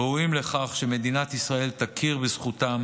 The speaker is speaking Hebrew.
ראויים לכך שמדינת ישראל תכיר בזכותם